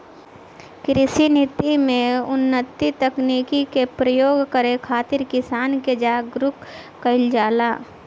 कृषि नीति में उन्नत तकनीकी के प्रयोग करे खातिर किसान के जागरूक कईल जाला